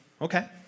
Okay